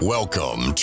Welcome